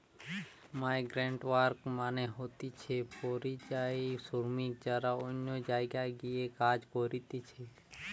migrant worker মানে হতিছে পরিযায়ী শ্রমিক যারা অন্য জায়গায় গিয়ে কাজ করতিছে